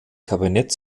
kabinett